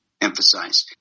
emphasize